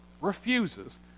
refuses